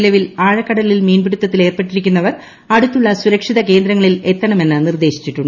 നിലവിൽ ആഴക്കടലിൽ മീൻപിടുത്തത്തിൽ ഏർപ്പെട്ടിരിക്കുന്നവർ അടുത്തുള്ള സുരക്ഷിത കേന്ദ്രങ്ങളിൽ എത്തണമെന്ന് നിർദ്ദേശിച്ചിട്ടുണ്ട്